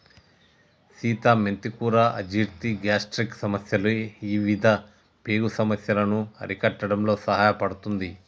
సీత మెంతి కూర అజీర్తి, గ్యాస్ట్రిక్ సమస్యలు ఇవిధ పేగు సమస్యలను అరికట్టడంలో సహాయపడుతుంది